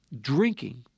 drinking